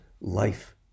life